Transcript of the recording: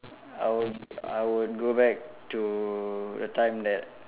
I would I would go back to the time that